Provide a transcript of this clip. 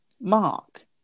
Mark